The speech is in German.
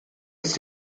ist